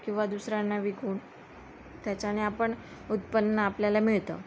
किंवा दुसऱ्यांना विकून त्याच्याने आपण उत्पन्न आपल्याला मिळतं